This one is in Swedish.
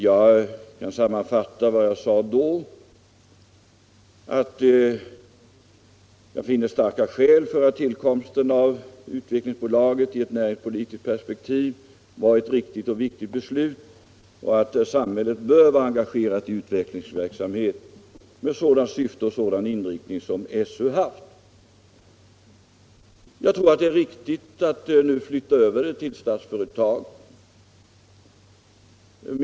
Jag bara sammanfattar att jag finner starka skäl för att tillkomsten av Utvecklingsbolaget i ett näringspolitiskt perspektiv var ett riktigt och viktigt beslut och att samhället bör vara engagerat i utvecklingsverksamhet med sådant syfte och sådan inriktning. Jag tror det är riktigt att flytta över verksamheten till Statsföretag.